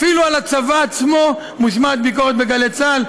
אפילו על הצבא עצמו מושמעת ביקורת בגלי צה"ל.